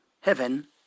Heaven